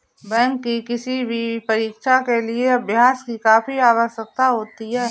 bank की किसी भी परीक्षा के लिए अभ्यास की काफी आवश्यकता होती है